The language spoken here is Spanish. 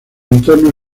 entorno